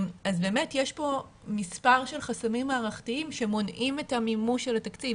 יש פה מספר של חסמים מערכתיים שמונעים את המימוש של התקציב.